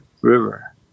river